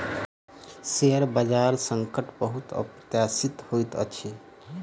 share बजार संकट बहुत अप्रत्याशित होइत अछि